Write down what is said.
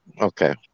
okay